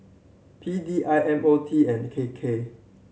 P D I M O T and K K